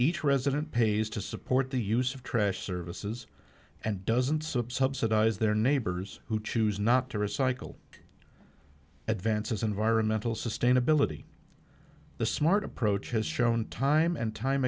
each resident pays to support the use of trash services and doesn't subside eyes their neighbors who choose not to recycle advances environmental sustainability the smart approach has shown time and time